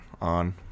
on